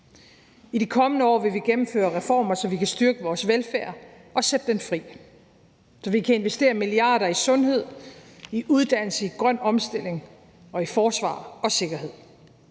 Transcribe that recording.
I de kommende år vil vi gennemføre reformer, så vi kan styrke vores velfærd og sætte den fri, så vi kan investere milliarder i sundhed, i uddannelse, i grøn omstilling og i forsvar og sikkerhed.